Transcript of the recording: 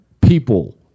people